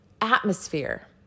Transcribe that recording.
atmosphere